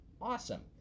Awesome